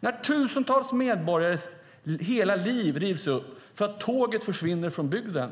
När tusentals medborgares liv rivs upp för att tåget försvinner från bygden